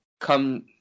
come